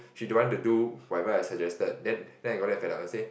she don't want to do whatever I suggested then then I got damn fed up and say